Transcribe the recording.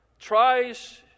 Tries